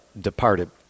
departed